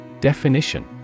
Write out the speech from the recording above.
Definition